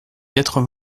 quatre